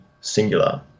singular